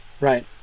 right